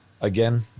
Again